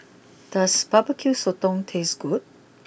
does barbecue Sotong taste good